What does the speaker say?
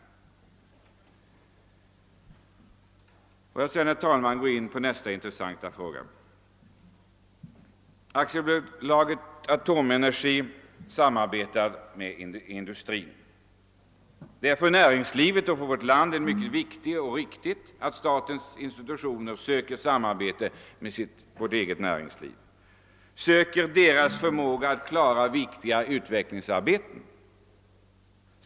Jag går vidare till nästa intressanta fråga, AB Atomenergis samarbete med industrin. Det är för näringslivet och för vårt land mycket viktigt och riktigt att statens institutioner söker samarbeta med vårt näringsliv och söker utnyttja näringslivets förmåga att klara viktiga utvecklingsarbeten.